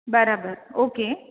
બરાબર ઓકે